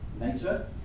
nature